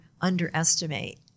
underestimate